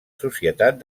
societat